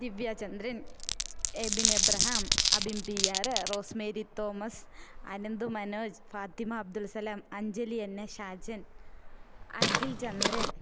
Divya Chandran Ebin Abraham Abin P R Rosemary Thomas Anandu Manoj Fathima Abdul Salam Anjali N A Shajan Akhil Chandran